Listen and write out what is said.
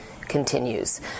continues